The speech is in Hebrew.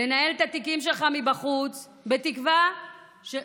לנהל את התיקים שלך מבחוץ בתקווה ש-,